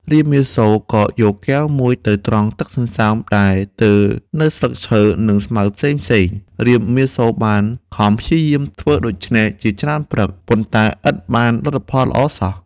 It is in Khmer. រាមាសូរក៏យកកែវមួយទៅត្រង់ទឹកសន្សើមដែលទើរនៅស្លឹកឈើនិងស្មៅផ្សេងៗ រាមាសូរបានខំព្យាយាមធ្វើដូច្នេះជាច្រើនព្រឹក ប៉ុន្តែឥតបានលទ្ធផលល្អសោះ។